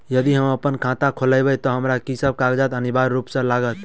यदि हम अप्पन खाता खोलेबै तऽ हमरा की सब कागजात अनिवार्य रूप सँ लागत?